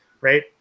right